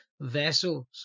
vessels